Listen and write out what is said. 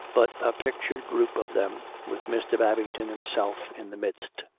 but a pictured group of them, with mr. bab ington himself in the midst.